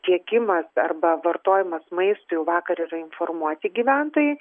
tiekimas arba vartojimas maistui jau vakar yra informuoti gyventojai